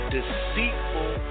deceitful